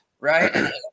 Right